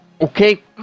Okay